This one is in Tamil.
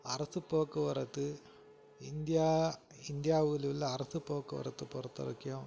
அரசுப் போக்குவரத்து இந்தியா இந்தியாவிலுள்ள அரசுப் போக்குவரத்து பொறுத்தவரைக்கும்